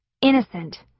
innocent